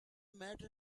matter